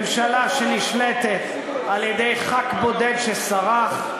ממשלה שנשלטת על-ידי חבר כנסת בודד שסרח,